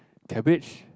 cabbage